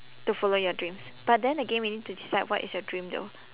to follow your dreams but then again we need to decide what is your dream though